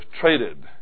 traded